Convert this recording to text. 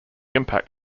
impact